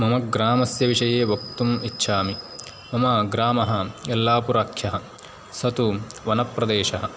मम ग्रामस्य विषये वक्तुम् इच्छामि मम ग्रामः यल्लापुराख्यः स तु वनप्रदेशः